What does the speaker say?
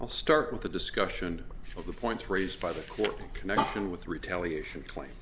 i'll start with a discussion of the points raised by the court connection with retaliation cla